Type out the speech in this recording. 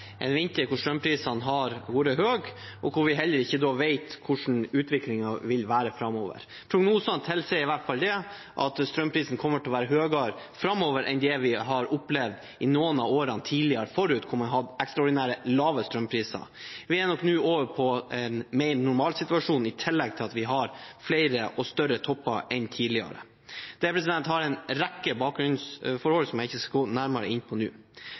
vinter der strømprisene har vært høye, og der vi heller ikke vet hvordan utviklingen vil være framover. Prognosene tilsier i hvert fall at strømprisene kommer til å være høyere framover enn vi har opplevd i noen av årene forut da man hadde ekstraordinært lave strømpriser. Vi er nok nå over i en mer normal situasjon, i tillegg til at vi har flere og større topper enn tidligere. Det har bakgrunn i en rekke forhold som jeg ikke skal gå nærmere inn på nå.